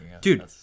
Dude